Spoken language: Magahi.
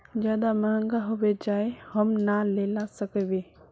ज्यादा महंगा होबे जाए हम ना लेला सकेबे?